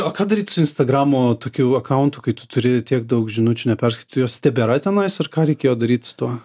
o ką daryt su instagramo tokiu akauntu kai tu turi tiek daug žinučių neperskaitytų jos tebėra tenais ir ką reikėjo daryt su tuo